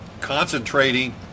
concentrating